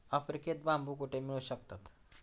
आफ्रिकेत बांबू कुठे मिळू शकतात?